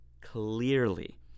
clearly